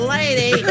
lady